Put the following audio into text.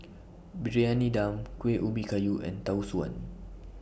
Briyani Dum Kuih Ubi Kayu and Tau Suan